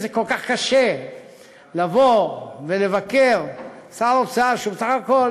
זה כל כך קשה לבוא ולבקר שר אוצר שהוא בסך הכול